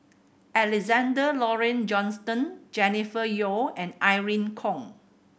Alexander Laurie Johnston Jennifer Yeo and Irene Khong